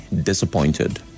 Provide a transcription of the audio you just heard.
disappointed